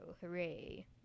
hooray